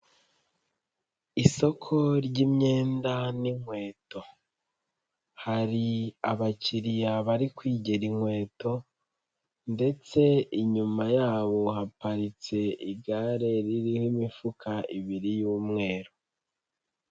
Isoko ry'imyenda n'inkweto. Hari abakiriya bari kwigera inkweto, ndetse inyuma yabo haparitse igare ririho imifuka ibiri y'umweru.